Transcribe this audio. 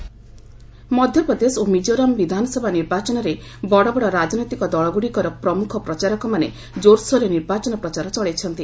campaigning Madhya Pradesh ଓ ମିକୋରାମ୍ ବିଧାନସଭା ନିର୍ବାଚନରେ ବଡ଼ ବଡ଼ ରାଜନୈତିକ ଦଳଗ୍ରଡ଼ିକର ପ୍ରମ୍ରଖ ପ୍ରଚାରକମାନେ ଜୋର୍ସୋର୍ରେ ନିର୍ବାଚନ ପ୍ରଚାର ଚଳାଇଛନ୍ତି